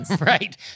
Right